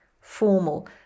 formal